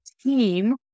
team